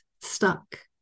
stuck